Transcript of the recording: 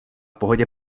pohodě